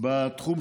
אדוני